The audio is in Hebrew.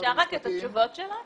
אפשר לקבל את התשובות שלה?